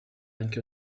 anche